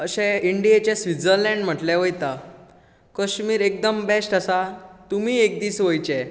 अशें इंडीयेचे स्वित्झर्लंड म्हटले वयता कश्मीर एकदम बॅस्ट आसा तुमी एकदीस वयचे